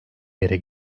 yere